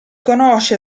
conosce